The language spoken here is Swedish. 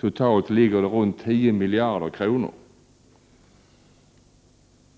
Totalt ligger kostnaden kring 10 miljarder kronor.